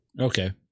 Okay